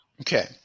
Okay